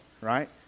right